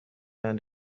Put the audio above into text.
and